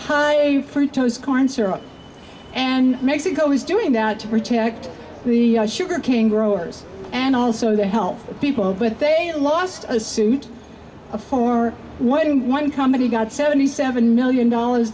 high for tows corn syrup and mexico is doing that to protect the sugar cane growers and also they help people but they lost a suit a foreign one one company got seventy seven million dollars